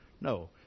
No